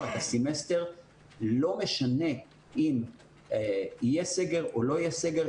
בסמסטר לא משנה אם יהיה סגר או לא יהיה סגר,